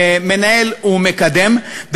מנהל ומקדם,